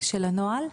של הנוהל?